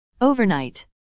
Overnight